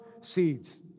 Seeds